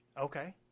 Okay